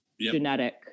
genetic